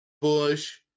Bush